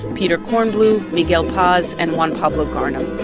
peter kornbluh, miguel paz and juan pablo garnham.